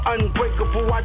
Unbreakable